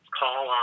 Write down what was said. call